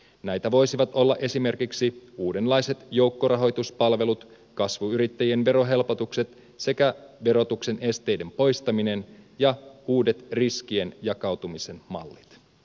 näitä voisivat olla esimerkiksi uudenlaiset joukkorahoituspalvelut kasvuyrittäjien verohelpotukset sekä verotuksen esteiden poistaminen ja uudet riskien jakautumisen mallit